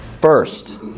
First